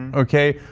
okay.